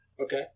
Okay